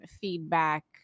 feedback